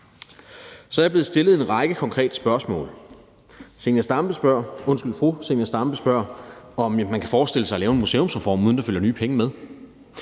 Så er jeg blevet stillet en række konkrete spørgsmål. Fru Zenia Stampe spørger, om man kan forestille sig at lave en museumsreform, uden at der følger nye penge med.